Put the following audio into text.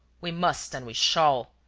we must and we shall,